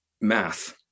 math